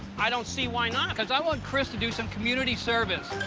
i don't see why not. cause i want chris to do some community service.